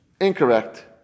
incorrect